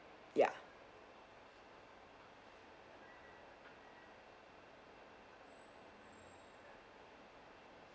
ya